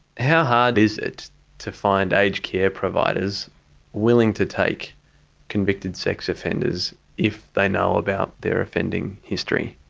how hard is it to find aged care providers willing to take convicted sex offenders if they know about their offending history?